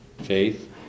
faith